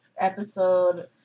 episode